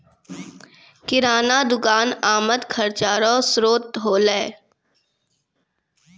किराना दुकान आमद खर्चा रो श्रोत होलै